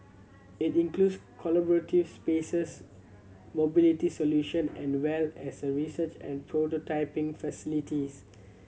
it includes collaborative spaces mobility solution and well as a research and prototyping facility